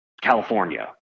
california